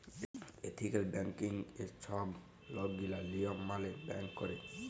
ethical ব্যাংকিংয়ে ছব লকগিলা লিয়ম মালে ব্যাংক ক্যরে